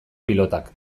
pilotak